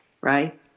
right